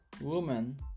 woman